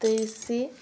ତେଇଶି